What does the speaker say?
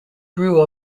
grew